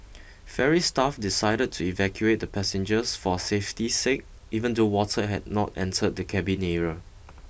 ferry staff decided to evacuate the passengers for safety's sake even though water had not entered the cabin area